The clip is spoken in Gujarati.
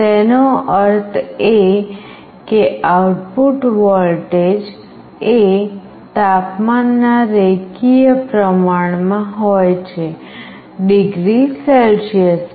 તેનો અર્થ એ કે આઉટપુટ વોલ્ટેજ એ તાપમાનના રેખીય પ્રમાણમાં હોય છે ડિગ્રી સેલ્સિયસમાં